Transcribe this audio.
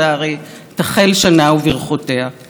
תודה לחברת הכנסת שלי יחימוביץ.